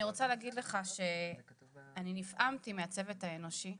אני רוצה להגיד לך שאני נפעמתי מהצוות האנושי.